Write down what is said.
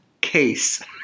case